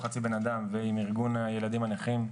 לא חצי בן אדם ועם ארגון הילדים הנכים,